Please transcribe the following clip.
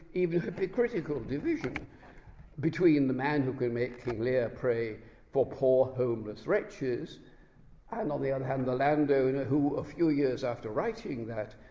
even hypocritical division between the man who can make king lear pray for poor homeless wretches and the and and landowner who, a few years after writing that,